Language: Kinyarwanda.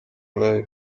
lives